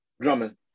Drummond